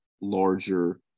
larger